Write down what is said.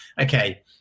Okay